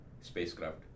spacecraft